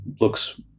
looks